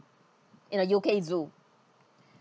in a U_K zoo